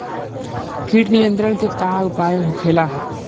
कीट नियंत्रण के का उपाय होखेला?